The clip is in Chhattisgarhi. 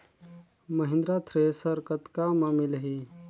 महिंद्रा थ्रेसर कतका म मिलही?